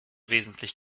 wesentlich